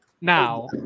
Now